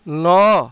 ନଅ